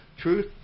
truth